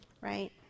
Right